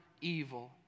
evil